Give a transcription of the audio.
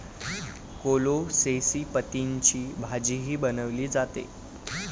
कोलोसेसी पतींची भाजीही बनवली जाते